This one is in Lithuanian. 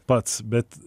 pats bet